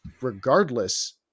regardless